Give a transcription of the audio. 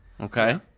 Okay